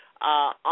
On